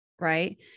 right